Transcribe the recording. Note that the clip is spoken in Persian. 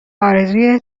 آرزوی